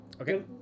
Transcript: Okay